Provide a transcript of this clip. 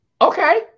okay